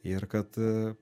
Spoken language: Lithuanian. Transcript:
ir kad